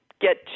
get